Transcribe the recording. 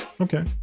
okay